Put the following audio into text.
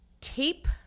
tape